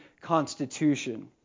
constitution